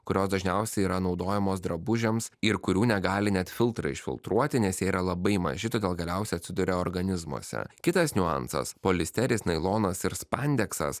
kurios dažniausiai yra naudojamos drabužiams ir kurių negali net filtrai išfiltruoti nes jie yra labai maži todėl galiausiai atsiduria organizmuose kitas niuansas poliesteris nailonas ir spandeksas